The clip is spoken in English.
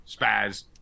spaz